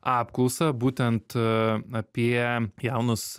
apklausą būtent apie jaunus